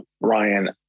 Ryan